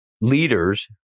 leaders